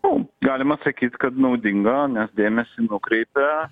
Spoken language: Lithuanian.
nu galima sakyt kad naudinga nes dėmesį nukreipia